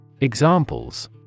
Examples